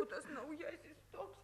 o tas naujasis toks